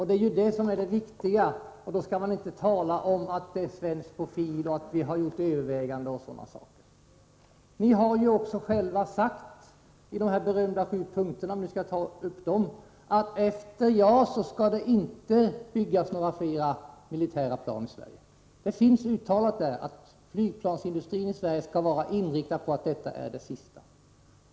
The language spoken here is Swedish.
Det är det som är det viktiga, och då skall man inte tala om ”svensk profil” och att vi har gjort överväganden m.m. Ni har ju också själva sagt i de berömda sju punkterna, om vi nu skall ta upp dem, att efter JAS skall det inte byggas några fler militära plan i Sverige. Det finns uttalat i dessa punkter att flygplansindustrin i Sverige skall vara inriktad på att detta är det sista.